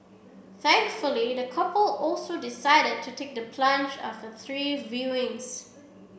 thankfully the couple also decided to take the plunge after three viewings